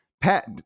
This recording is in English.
Pat